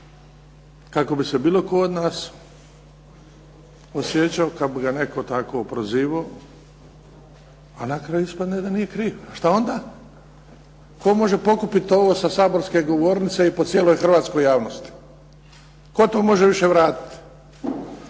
Kako bi se bilo tko od nas osjećao kad bi ga netko tako prozivao, a na kraju ispadne da nije kriv. A šta onda? Tko može pokupiti ovo sa saborske govornice i po cijeloj hrvatskoj javnosti? Tko to može više vratiti?